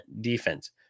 defense